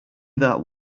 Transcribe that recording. that